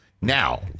Now